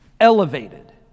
elevated